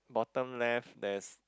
bottom left there's